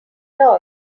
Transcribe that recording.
lost